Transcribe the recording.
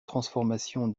transformation